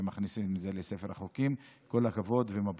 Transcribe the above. ומכניסים אותו לספר החוקים, כל הכבוד ומברוכ.